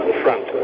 front